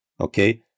Okay